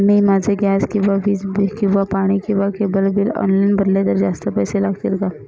मी माझे गॅस किंवा वीज किंवा पाणी किंवा केबल बिल ऑनलाईन भरले तर जास्त पैसे लागतील का?